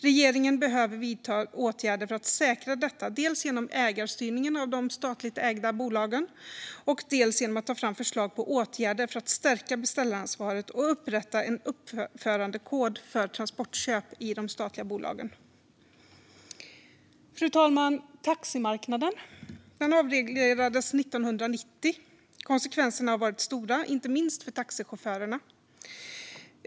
Regeringen behöver vidta åtgärder för att säkra detta, dels genom ägarstyrningen av de statligt ägda bolagen, dels genom att ta fram förslag på åtgärder för att stärka beställaransvaret och upprätta en uppförandekod för transportköp i de statliga bolagen. Fru talman! Taximarknaden avreglerades 1990. Konsekvenserna har varit stora, inte minst för taxichaufförerna.